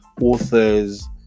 authors